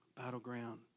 Battleground